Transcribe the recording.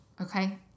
Okay